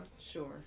Sure